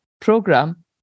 program